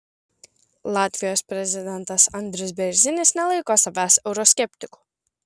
latvijos prezidentas andris bėrzinis nelaiko savęs euroskeptiku